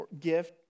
gift